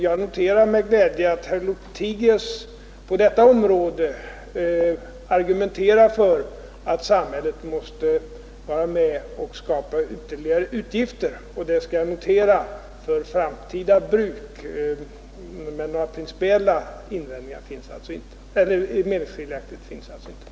Jag noterar med glädje att herr Lothigius på detta område argumenterar för att samhället måste vara med och skapa ytterligare utgifter, och det skall jag notera för framtida bruk. Några principiella meningsskiljaktigheter finns alltså inte när det gäller denna fråga.